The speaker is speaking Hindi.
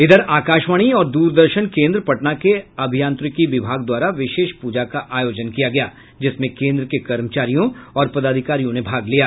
इधर आकाशवाणी और दूरदर्शन केन्द्र पटना के अभियांत्रिकी विभाग द्वारा विशेष पूजा का आयोजन किया गया जिसमें केन्द्र के कर्मचारियों और पदाधिकारियों ने भाग लिया